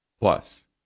Plus